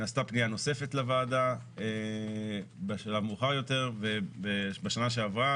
נעשתה פנייה נוספת לוועדה בשלב מאוחר יותר ובשנה שעברה,